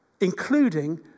including